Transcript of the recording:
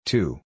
Two